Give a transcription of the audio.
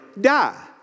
die